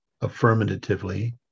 affirmatively